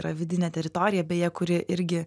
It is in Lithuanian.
yra vidinė teritorija beje kuri irgi